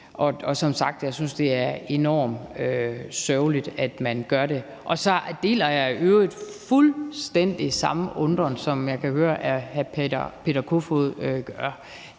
som sagt, det er enormt sørgeligt, at man gør det. Så deler jeg i øvrigt også fuldstændig den undren, som jeg også kan høre hr. Peter Kofod har,